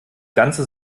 ganze